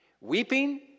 Weeping